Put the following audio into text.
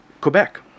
Quebec